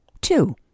Two